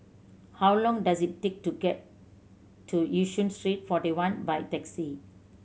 how long does it take to get to Yishun Street Forty One by taxi